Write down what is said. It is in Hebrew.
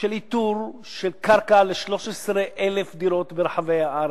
של איתור קרקע ל-13,000 דירות ברחבי הארץ,